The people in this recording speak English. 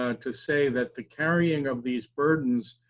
ah to say that the carrying of these burdens,